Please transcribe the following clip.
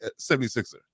76er